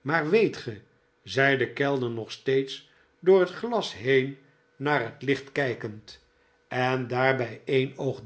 maar weet ge zei de kellner nog steeds door het glas heen naar het licht kijkend en daarbij een oog